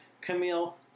Camille